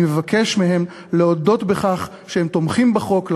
אני מבקש מהם להודות בכך שהם תומכים בחוק,